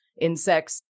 insects